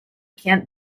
can’t